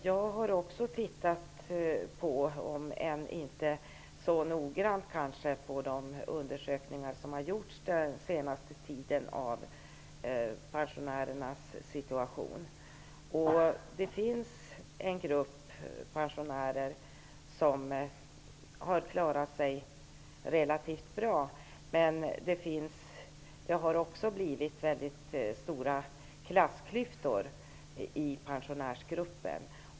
Jag har också tittat -- om än inte så noggrant -- på de undersökningar som har gjorts den senaste tiden av pensionärernas situation. De finns en grupp pensionärer som har klarat sig relativt bra, men det har också blivit mycket stora klassklyftor i pensionärsgruppen.